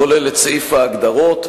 כולל את סעיף ההגדרות,